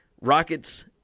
Rockets